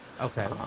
Okay